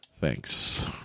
Thanks